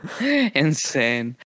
Insane